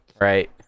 right